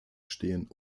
stehen